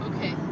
Okay